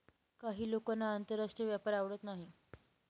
काही लोकांना आंतरराष्ट्रीय व्यापार आवडत नाही